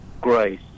grace